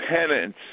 penance